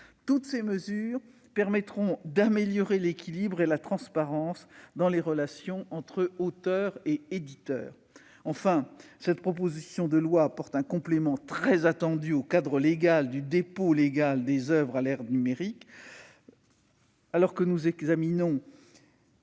Toutes ces mesures permettront d'améliorer l'équilibre et la transparence dans les relations entre les auteurs et les éditeurs. Enfin, cette proposition de loi apporte un complément très attendu au cadre du dépôt légal des oeuvres à l'ère numérique. Alors que nous terminons